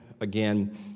again